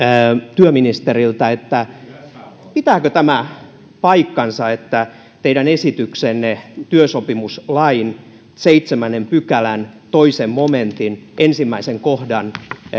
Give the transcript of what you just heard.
työministeriltä pitääkö tämä paikkansa että teidän esityksenne työsopimuslain seitsemännen pykälän toisen momentin ensimmäisen kohdan